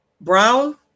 brown